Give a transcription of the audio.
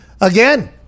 again